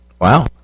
Wow